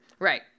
Right